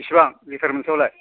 बेसेबां लिटार मोनसेयावलाय